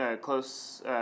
close